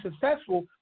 successful